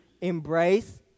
embrace